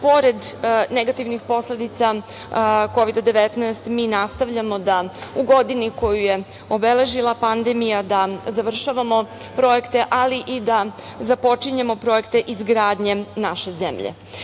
pored negativnih posledica Kovid 19 mi nastavljamo da u godini koju je obeležila pandemija da završavamo projekte ali i da započinjemo projekte izgradnje naše zemlje.